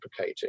replicating